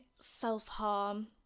self-harm